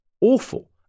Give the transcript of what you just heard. Awful